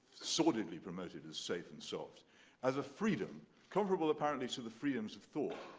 sordidly promoted as safe and soft as a freedom comparable, apparently, to the freedoms of thought,